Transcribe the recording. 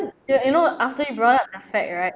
the you know after you brought up the fact right